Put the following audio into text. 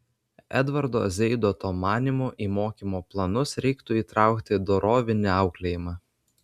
edvardo zeidoto manymu į mokymo planus reiktų įtraukti dorovinį auklėjimą